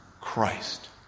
Christ